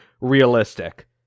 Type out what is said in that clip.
realistic